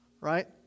right